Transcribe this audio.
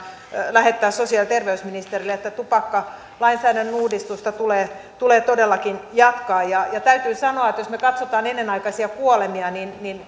lähettää sosiaali ja terveysministerille että tupakkalainsäädännön uudistusta tulee tulee todellakin jatkaa täytyy sanoa että jos me katsomme ennenaikaisia kuolemia niin niin